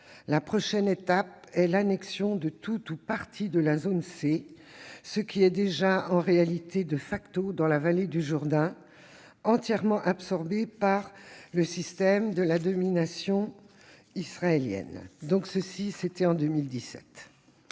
La prochaine étape est l'annexion de tout ou partie de la zone C, ce qui est déjà une réalité dans la vallée du Jourdain entièrement absorbée par le système de domination israélien. » Je partage